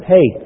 Hey